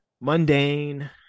mundane